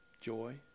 joy